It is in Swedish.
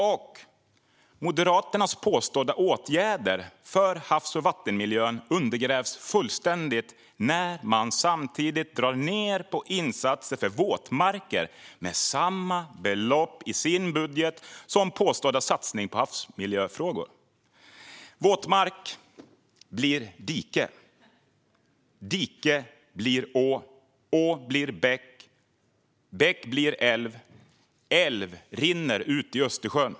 Och Moderaternas påstådda åtgärder för havs och vattenmiljön undergrävs fullständigt när man samtidigt drar ned på insatser för våtmarker med samma belopp i sin budget som den påstådda satsningen på havsmiljöfrågor. Våtmark blir dike. Dike blir å. Å blir bäck. Bäck blir älv. Älv rinner ut i Östersjön.